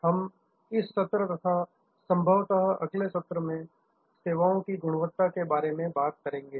हम इस सत्र तथा संभवतः अगले सत्र में सेवाओं की गुणवत्ता के बारे में बात करेंगे